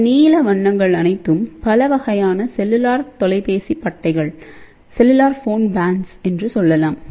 இந்த நீல வண்ணங்கள் அனைத்தும் பலவகையான செல்லுலார் தொலைபேசி பட்டைகள் என்று சொல்லலாம்